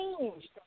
changed